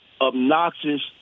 obnoxious –